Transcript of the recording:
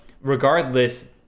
regardless